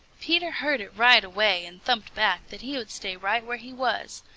peter heard it right away and thumped back that he would stay right where he was,